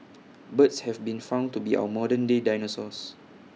birds have been found to be our modern day dinosaurs